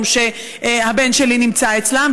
שהבן שלי נמצא אצלם,